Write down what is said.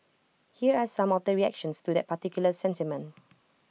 here are some of the reactions to that particular sentiment